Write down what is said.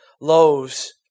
loaves